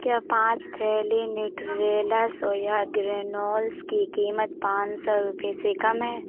کیا پانچ تھیلی نیوٹریلا سویا گرینولز کی قیمت پانچ سو روپئے سے کم ہے